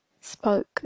spoke